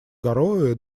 гароуэ